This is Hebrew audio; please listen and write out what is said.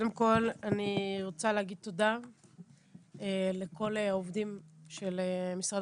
קודם כל אני רוצה להגיד תודה לכל העובדים של משרד